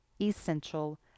essential